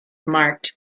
marked